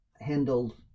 handled